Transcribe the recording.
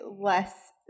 less